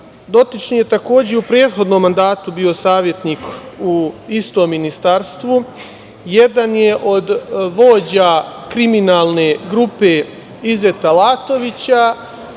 je takođe u prethodnom mandatu bio savetnik u istom Ministarstvu, jedan je od vođa kriminalne grupe Izeta Latovića